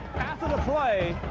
after the play,